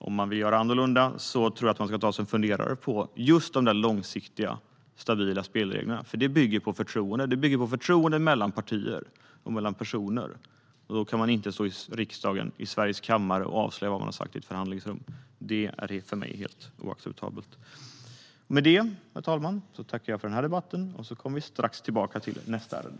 Om man vill göra annorlunda ska man ta sig en funderare på de långsiktiga stabila spelreglerna. De bygger på förtroende mellan partier och mellan personer. Då kan man inte stå i kammaren i Sveriges riksdag och avslöja vad man har sagt i förhandlingsrummet. Det är för mig helt oacceptabelt. Herr talman! Jag tackar för debatten, och vi kommer strax tillbaka till nästa ärende.